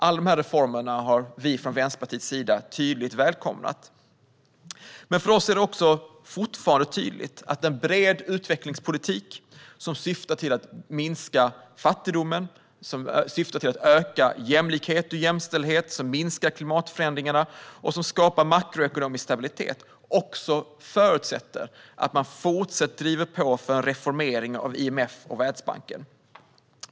Alla de här reformerna har vi från Vänsterpartiets sida välkomnat. Men för oss är det också fortfarande tydligt att en bred utvecklingspolitik som syftar till att minska fattigdomen, öka jämlikhet och jämställdhet, minska klimatförändringarna och skapa makroekonomisk stabilitet också förutsätter att man fortsatt driver på för en reformering av IMF och Världsbanken.